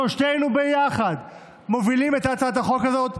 שלושתנו ביחד מובילים את הצעת החוק הזאת,